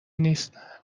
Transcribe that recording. نیست